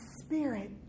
spirit